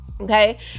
Okay